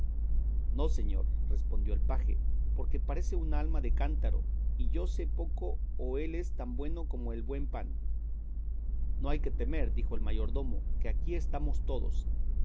no señor respondió el paje porque parece una alma de cántaro y yo sé poco o él es tan bueno como el buen pan no hay que temer dijo el mayordomo que aquí estamos todos